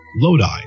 Lodi